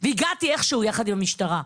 והגעתי איכשהו יחד עם המשטרה.